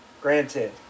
granted